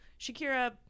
shakira